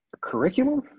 Curriculum